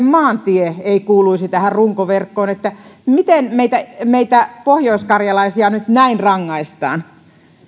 maantie ei kuuluisi tähän runkoverkkoon miten meitä meitä pohjoiskarjalaisia nyt näin rangaistaan